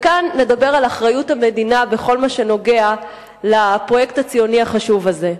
כאן נדבר על אחריות המדינה בכל מה שנוגע לפרויקט הציוני החשוב הזה.